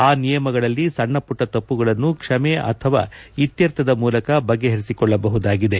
ಆ ನಿಯಮಗಳಲ್ಲಿ ಸಣ್ಣ ಸಪುಟ್ಟ ತಪ್ಪುಗಳನ್ನು ಕ್ಷಮೆ ಅಥವಾ ಇತ್ಯರ್ಥದ ಮೂಲಕ ಬಗೆಹರಿಸಿಕೊಳ್ಳಬಹುದಾಗಿದೆ